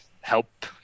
help